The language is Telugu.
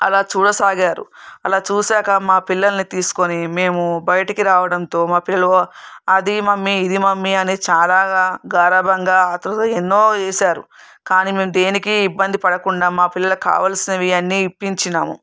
అలా చూడ సాగారు అలా చూశాక మా పిల్లల్ని తీసుకొని మేము బయటకు రావడంతో మా పిల్లలు అది మమ్మీ ఇది మమ్మీ అని చాలాగా గారాబంగా అలా ఆత్రుతగా ఎన్నో చేశారు కానీ మేము దేనికి ఇబ్బంది పడకుండా మా పిల్లలకు కావాల్సినవి అన్నీ ఇప్పించినాము